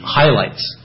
highlights